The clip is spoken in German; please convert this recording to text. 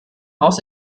haus